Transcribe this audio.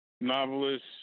novelist